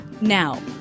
now